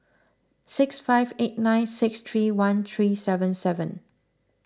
six five eight nine six three one three seven seven